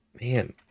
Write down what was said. man